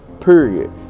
period